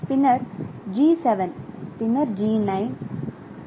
பின் G7 பின்னர் G9 மற்றும் G13